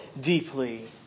deeply